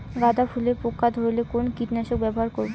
গাদা ফুলে পোকা ধরলে কোন কীটনাশক ব্যবহার করব?